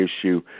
issue